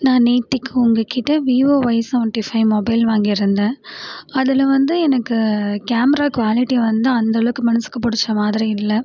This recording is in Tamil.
நான் நேத்திக்கு உங்கள் கிட்ட Vivo Y seventy five mobile வாங்கியிருந்தேன் அதில் வந்து எனக்கு கேமரா குவாலிட்டி வந்து அந்தளவுக்கு மனசுக்கு பிடிச்ச மாதிரி இல்லை